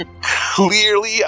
Clearly